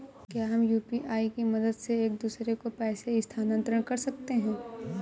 क्या हम यू.पी.आई की मदद से एक दूसरे को पैसे स्थानांतरण कर सकते हैं?